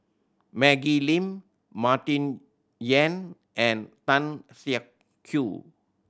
Maggie Lim Martin Yan and Tan Siak Kew